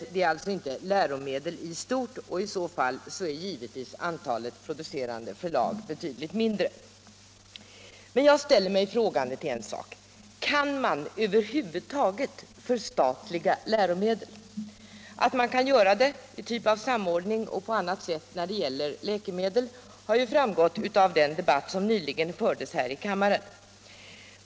Det rör sig alltså inte om läromedel i stort; i så fall är antalet producerande förlag betydligt mindre. Men jag ställer mig frågande inför en sak. Kan man över huvud taget förstatliga läromedel? Att man kan göra det som en typ av samordning och på annat sätt när det gäller läkemedel, har ju framgått av den debatt som nyligen förts här i kammaren.